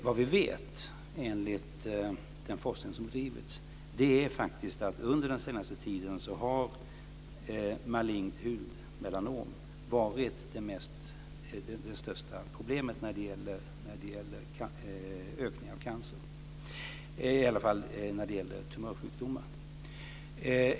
Det vi vet enligt den forskning som har bedrivits är att under den senaste tiden har malignt melanom varit det största problemet när det gäller ökningen av tumörsjukdomar.